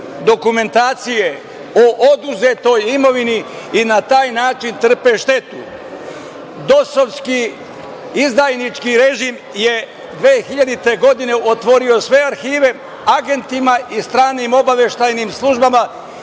dokumentacije o oduzetoj imovini i na taj način trpe štetu. Dosovski izdajnički režim je 2000. godine otvorio sve arhive agentima i stranim obaveštajnim službama,